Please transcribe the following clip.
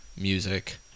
music